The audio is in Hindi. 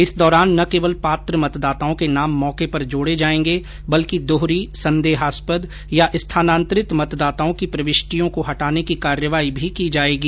इस दौरान न केवल पात्र मतदाताओं के नाम मौके पर जोड़े जाएंगे बल्कि दोहरी संदेहास्पद या स्थानान्तरित मतदाताओं की प्रविष्टियों को हटाने की कार्यवाही भी की जाएगी